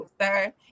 sir